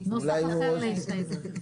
נוסח אחר להסתייגות.